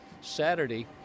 Saturday